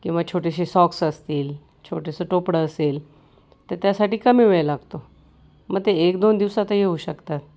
किंवा छोटेसे सॉक्स असतील छोटेसं टोपडं असेल तर त्यासाठी कमी वेळ लागतो मग ते एक दोन दिवसातही होऊ शकतात